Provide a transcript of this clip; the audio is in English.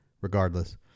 regardless